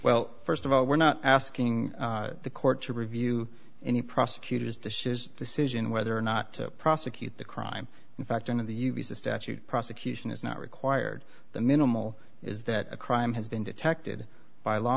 well first of all we're not asking the court to review any prosecutor's dishes decision whether or not to prosecute the crime in fact in the statute prosecution is not required the minimal is that a crime has been detected by law